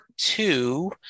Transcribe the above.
two